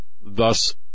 thus